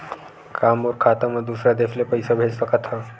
का मोर खाता म दूसरा देश ले पईसा भेज सकथव?